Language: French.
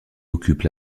occupent